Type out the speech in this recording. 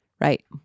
Right